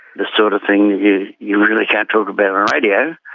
the sort of thing you you really can't talk about on radio.